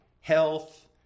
health